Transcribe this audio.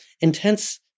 intense